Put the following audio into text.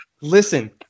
Listen